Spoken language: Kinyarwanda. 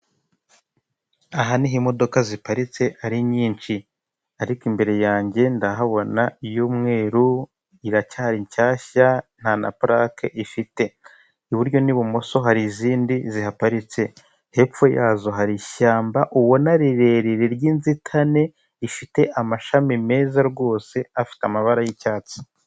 Ubu rero n'uburyo umuntu yishyura akoresheje ikoranabuhanga nawe urabona rwose imyirondoro y'iwe amazina, nimero za konte ndetse n'ibindi byinshi bitandukanye ushobora kwishyura rero utumiza ibintu hanze cyangwa mu kindi gihugu.